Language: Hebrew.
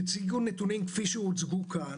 הציגו נתונים כפי שהוצגו פה,